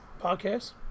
Podcast